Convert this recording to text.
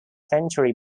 century